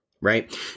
right